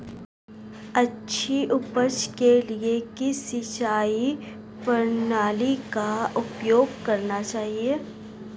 अच्छी उपज के लिए किस सिंचाई प्रणाली का उपयोग करना चाहिए?